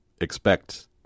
expect